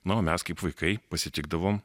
na o mes kaip vaikai pasitikdavom